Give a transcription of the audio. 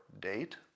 date